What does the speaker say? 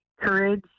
courage